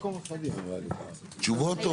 תשובות?